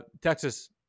Texas